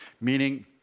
meaning